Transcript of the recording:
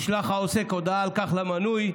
ישלח העוסק הודעה על כך למנוי,